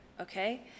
Okay